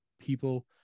people